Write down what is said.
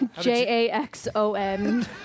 J-A-X-O-N